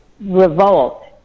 revolt